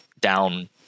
down